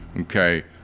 okay